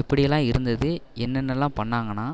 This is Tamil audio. எப்படி எல்லாம் இருந்தது என்ன என்ன எல்லாம் பண்ணாங்கன்னா